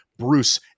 Bruce